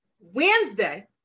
Wednesday